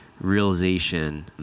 realization